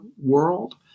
world